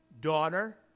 Daughter